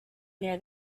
near